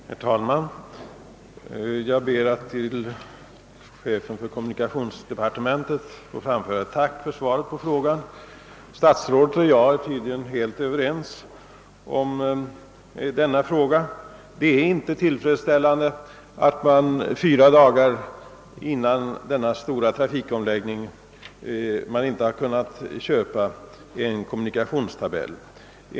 Herr talman! Jag ber att till chefen för kommunikationsdepartementet få framföra ett tack för svaret på min fråga. Statsrådet och jag är tydligen helt överens. Det är inte tillfredsställande att man fyra dagar före den stora trafikomläggningen inte har kunnat köpa en kommunikationstabell.